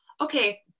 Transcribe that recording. okay